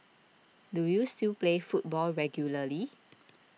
do you still play football regularly